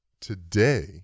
Today